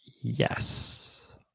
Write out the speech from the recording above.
yes